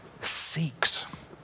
seeks